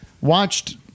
watched